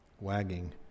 wagging